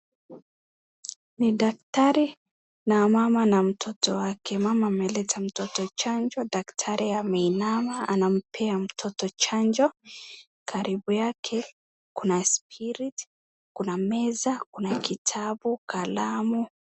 Ni daktari na mama na mtoto wake, mama ameleta mtoto chanjo. Daktari ameinama anampea mtoto chanjo. Karibu yake kuna spirit , kuna meza, kuna kitabu, kalamu.